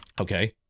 Okay